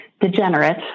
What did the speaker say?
degenerate